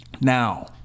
Now